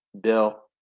Bill